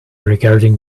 regarding